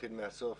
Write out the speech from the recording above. אתחיל מהסוף.